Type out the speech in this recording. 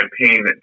campaign